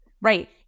Right